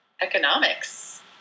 Economics